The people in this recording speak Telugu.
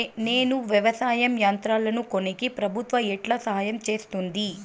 నేను వ్యవసాయం యంత్రాలను కొనేకి ప్రభుత్వ ఎట్లా సహాయం చేస్తుంది?